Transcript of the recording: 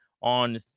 on